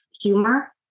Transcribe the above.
humor